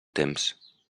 temps